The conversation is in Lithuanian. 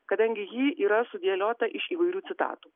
kadangi ji yra sudėliota iš įvairių citatų